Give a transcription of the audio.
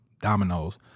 dominoes